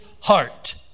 heart